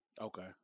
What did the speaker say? Okay